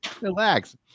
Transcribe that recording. Relax